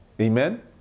Amen